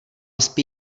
spí